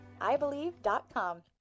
iBelieve.com